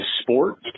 sport